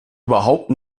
überhaupt